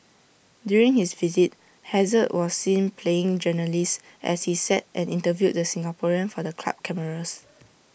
during his visit hazard was seen playing journalist as he sat and interviewed the Singaporean for the club cameras